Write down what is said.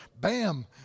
Bam